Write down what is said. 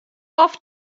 oft